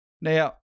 Now